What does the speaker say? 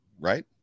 Right